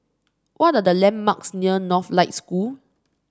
what are the landmarks near Northlight School